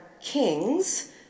kings